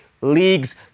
League's